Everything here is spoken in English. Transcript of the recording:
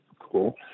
cool